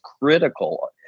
critical